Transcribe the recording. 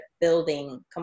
building